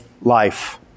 life